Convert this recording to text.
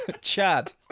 chad